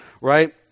right